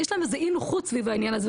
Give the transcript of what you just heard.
יש להם איזה אי נוחות סביב העניין הזה,